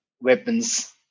weapons